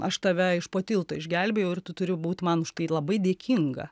aš tave iš po tilto išgelbėjau ir tu turi būt man už tai labai dėkinga